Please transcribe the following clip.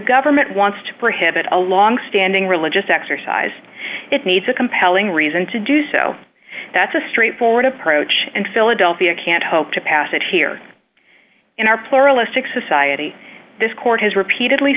government wants to prohibit a long standing religious exercise it needs a compelling reason to do so that's a straightforward approach and philadelphia can't hope to pass it here in our pluralistic society this court has repeatedly